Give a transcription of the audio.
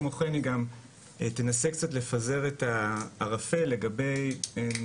כמו כן היא גם תנסה קצת לפזר את הערפל לגבי נקודות